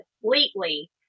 completely